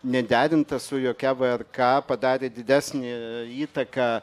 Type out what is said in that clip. nederinta su jokia vrk padarė didesnę įtaką